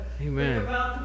Amen